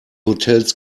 hotels